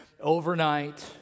overnight